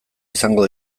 izango